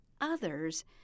others